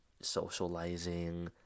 socializing